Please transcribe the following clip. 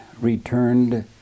returned